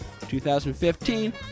2015